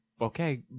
Okay